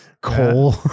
coal